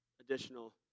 additional